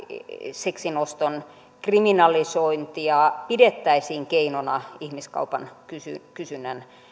seksin oston kriminalisointia pidettäisiin keinona ihmiskaupan kysynnän